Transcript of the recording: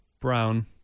brown